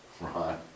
Ron